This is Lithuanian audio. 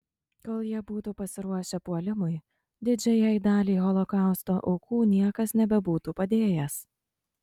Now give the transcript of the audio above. kol jie būtų pasiruošę puolimui didžiajai daliai holokausto aukų niekas nebebūtų padėjęs